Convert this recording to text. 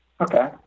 Okay